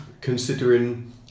considering